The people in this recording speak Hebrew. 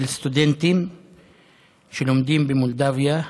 של סטודנטים שלומדים במולדובה,